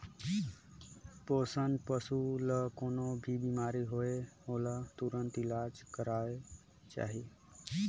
पोसल पसु ल कोनों भी बेमारी होये ओला तुरत इलाज करवाना चाही